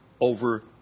over